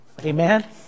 Amen